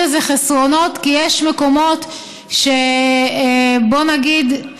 יש לזה חסרונות, כי יש מקומות, בוא נגיד,